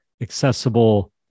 accessible